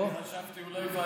הפנים.